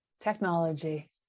Technology